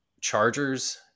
chargers